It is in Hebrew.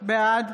בעד